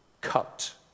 cut